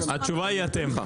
התשובה היא אתם.